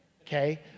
Okay